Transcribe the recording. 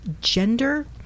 gender